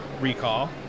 recall